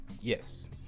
Yes